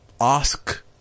ask